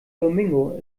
domingo